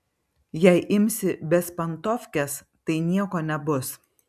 jei imsi bezpantovkes tai nieko nebus